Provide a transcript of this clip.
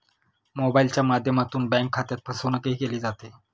मोबाइलच्या माध्यमातून बँक खात्यात फसवणूकही केली जाते